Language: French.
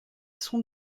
sont